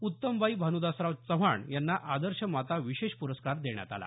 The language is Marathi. उत्तमबाई भानुदासराव चव्हाण यांना आदर्श माता विशेष प्रस्कार देण्यात आला